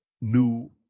new